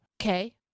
okay